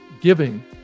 giving